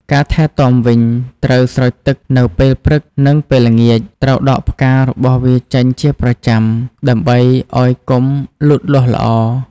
ការថែទាំវិញ ត្រូវស្រោចទឹកនៅពេលព្រឹក និងពេលល្ងាច ត្រូវដកផ្ការបស់វាចេញជាប្រចាំ ដើម្បីឱ្យគុម្ពលូតលាស់ល្អ។